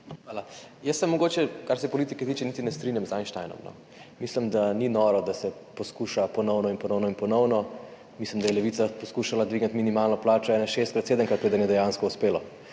Hvala. Jaz se mogoče, kar se politike tiče, niti ne strinjam z Einsteinom. Mislim, da ni noro, da se poskuša ponovno in ponovno in ponovno. Mislim, da je Levica poskušala dvigniti minimalno plačo vsaj šestkrat, sedemkrat, preden je dejansko uspelo,